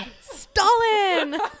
Stalin